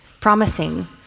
promising